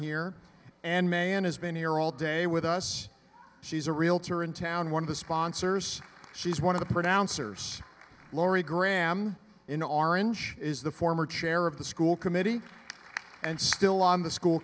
here and man has been here all day with us she's a realtor in town one of the sponsors she's one of the pronouncers laurie graham in orange is the former chair of the school committee and still on the school